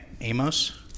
Amos